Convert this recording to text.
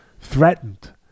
threatened